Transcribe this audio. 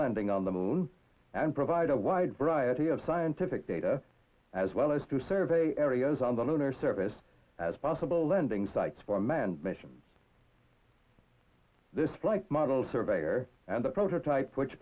landing on the moon and provide a wide variety of scientific data as well as to survey areas on the lunar surface as possible landing sites for manned missions this flight model surveyor and the prototype which